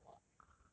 他不管 liao ah